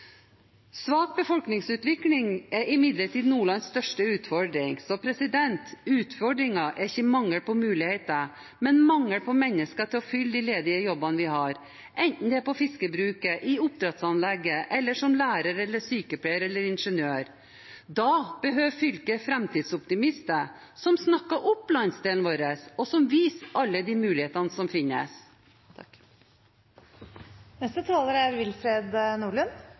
Svak befolkningsutvikling er imidlertid Nordlands største utfordring. Så utfordringen er ikke mangel på muligheter, men mangel på mennesker til å fylle de ledige jobbene vi har, enten det er på fiskebruket, i oppdrettsanlegget eller som lærer, sykepleier eller ingeniør. Da behøver fylket framtidsoptimister som snakker opp landsdelen vår, og som viser alle de mulighetene som finnes. Senterpartiet er